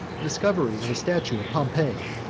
the discovery of a statue of pompey,